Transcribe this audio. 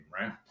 right